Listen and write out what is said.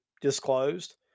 disclosed